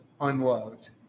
unloved